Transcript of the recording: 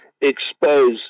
expose